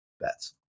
bets